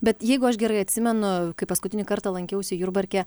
bet jeigu aš gerai atsimenu kai paskutinį kartą lankiausi jurbarke